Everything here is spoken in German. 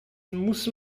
muss